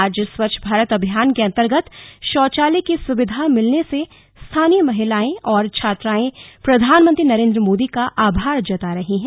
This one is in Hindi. आज स्वच्छ भारत अभियान के अर्न्तगत शौचालय की सुविधा मिलने से स्थानीय महिलायें और छात्रायें प्रधानमंत्री नरेन्द्र मोदी का आभार जता रही है